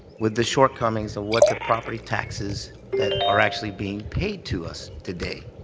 with the shortcomings of what the property taxes that are actually being paid to us today.